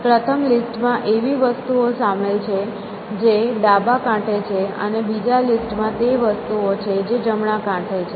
પ્રથમ લિસ્ટ માં એવી વસ્તુઓ સામેલ છે જે ડાબા કાંઠે છે અને બીજા લિસ્ટ માં તે વસ્તુઓ છે જે જમણા કાંઠે છે